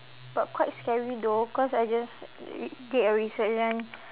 but quite scary though cause I just read did a research then